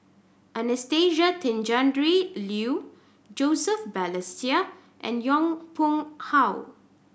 Anastasia Tjendri Liew Joseph Balestier and Yong Pung How